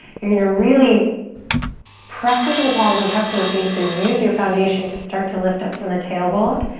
you're gonna really press into the palms and press into the feet so use your foundation to start to lift up from the tailbone.